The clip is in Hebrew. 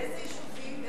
איזה יישובים?